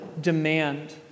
demand